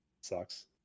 sucks